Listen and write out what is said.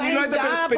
אז אני לא אדבר ספציפית.